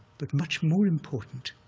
but much more important,